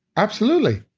absolutely.